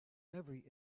every